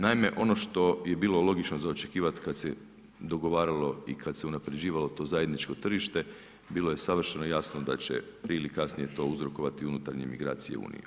Naime, ono što je bilo logično za očekivati kada se dogovaralo i kada se unapređivalo to zajedničko tržište bilo je savršeno jasno da će prije ili kasnije to uzrokovati unutarnje migracije u Uniji.